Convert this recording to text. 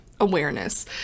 awareness